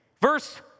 verse